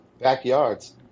backyards